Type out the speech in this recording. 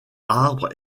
arbre